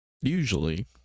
Usually